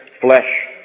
flesh